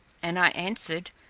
and i answered,